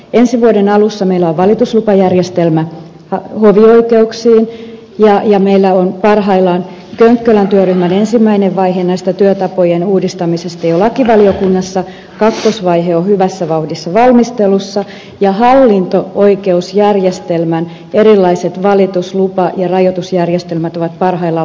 ensi vuoden alussa meillä on valituslupajärjestelmä hovioikeuksiin ja meillä on parhaillaan könkkölän työryhmän ensimmäinen vaihe työtapojen uudistamisesta jo lakivaliokunnassa kakkosvaihe on hyvässä vauhdissa valmistelussa ja hallinto oikeusjärjestelmän erilaiset valituslupa ja rajoitusjärjestelmät ovat parhaillaan lausuntokierroksella